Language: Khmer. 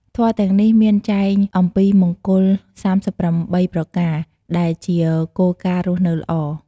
ធម៌ទាំងនេះមានចែងអំពីមង្គល៣៨ប្រការ ដែលជាគោលការណ៍រស់នៅល្អ។